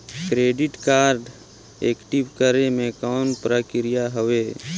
Credit card active करे के कौन प्रक्रिया हवे?